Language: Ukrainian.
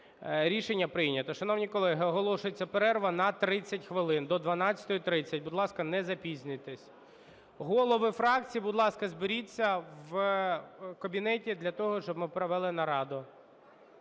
Рішення прийнято. Шановні колеги, оголошується перерва на 30 хвилин, до 12:30. Будь ласка, не запізнюйтесь. Голови фракцій, будь ласка, зберіться в кабінеті для того, щоб ми провели нараду.